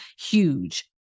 huge